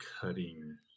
cutting